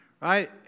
right